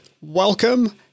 welcome